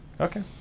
Okay